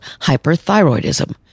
hyperthyroidism